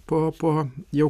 po po jau